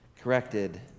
corrected